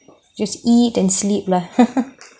just eat and sleep lah